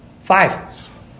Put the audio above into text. Five